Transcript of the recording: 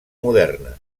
moderna